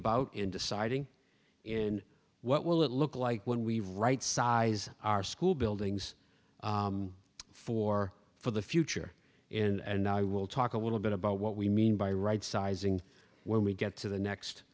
about in deciding in what will it look like when we rightsize our school buildings for for the future and i will talk a little bit about what we mean by rightsizing when we get to the next